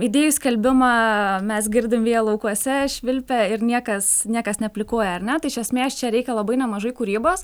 įdėjus skelbimą mes girdim vėją laukuose švilpia ir niekas niekas neaplikuoja ar ne tai iš esmės čia reikia labai nemažai kūrybos